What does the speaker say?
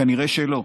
כנראה שלא.